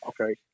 Okay